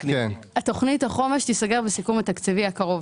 תוכנית החומש תיסגר בסיכום התקציבי הקרוב.